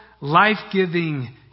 life-giving